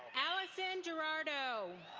allison gerardo.